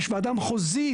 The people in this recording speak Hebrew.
יש וועדה מחוזית.